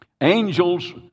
Angels